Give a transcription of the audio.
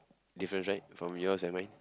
difference right from yours and mine